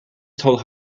told